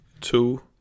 two